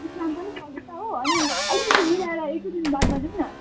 exam पनि चल्दैछ हो अनि अलिकति मिलाएर एक दुई दिन बादमा जाऔँ न